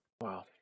Wow